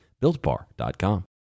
BuiltBar.com